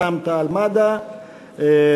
של רע"ם-תע"ל-מד"ע,